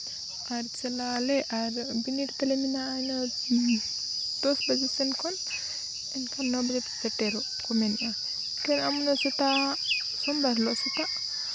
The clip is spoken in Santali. ᱟᱨ ᱪᱟᱞᱟᱜ ᱟᱞᱮ ᱟᱨ ᱵᱤᱱᱤᱰ ᱛᱟᱞᱮ ᱢᱮᱱᱟᱜᱼᱟ ᱫᱚᱥ ᱵᱟᱡᱮ ᱥᱮᱫ ᱠᱷᱚᱱ ᱮᱱᱠᱷᱟᱱ ᱱᱚ ᱵᱟᱡᱮ ᱛᱮ ᱥᱮᱴᱮᱨᱚᱜ ᱠᱚ ᱢᱮᱱᱮᱫᱼᱟ ᱟᱢ ᱩᱱᱟᱹᱜ ᱥᱮᱛᱟᱜ ᱥᱳᱢᱵᱟᱨ ᱦᱤᱞᱚᱜ ᱥᱮᱛᱟᱜ